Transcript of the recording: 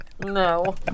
no